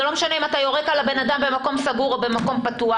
לא משנה אם אתה יורק על האדם במקום סגור או במקום פתוח,